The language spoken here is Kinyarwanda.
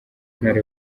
ntara